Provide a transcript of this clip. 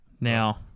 Now